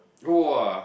!wah!